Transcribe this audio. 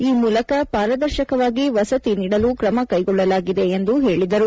ಈ ಮೂಲಕ ಪಾರದರ್ಶಕವಾಗಿ ವಸತಿ ನೀಡಲು ಕ್ರಮ ಕೈಗೊಳ್ಳಲಾಗಿದೆ ಎಂದು ಹೇಳಿದರು